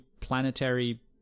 planetary